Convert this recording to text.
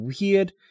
Weird